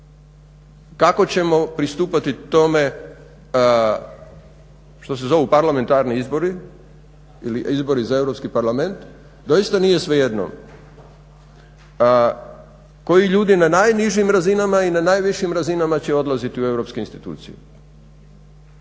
kako ćemo pristupati tome što se zovu parlamentarni izbori ili izbori za Europski parlament doista nije svejedno koji ljudi na najnižim razinama i na najvišim razinama će odlaziti u europske institucije.